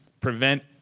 prevent